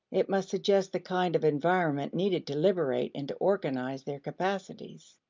it must suggest the kind of environment needed to liberate and to organize their capacities.